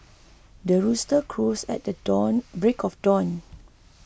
the rooster crows at the dawn break of dawn